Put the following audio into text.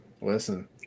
Listen